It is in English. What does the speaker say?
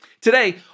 Today